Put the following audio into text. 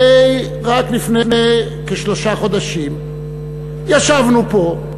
הרי רק לפני שלושה חודשים ישבנו פה,